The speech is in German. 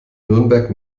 nürnberg